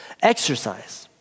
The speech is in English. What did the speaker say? exercise